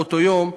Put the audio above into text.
באותו יום,